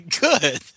Good